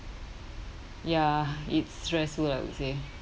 ya it's stressful I would say